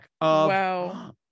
Wow